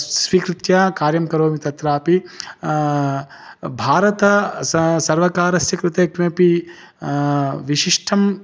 स्वीकृत्य कार्यं करोमि तत्रापि भारत स सर्वकारस्य कृते किमपि विशिष्टम्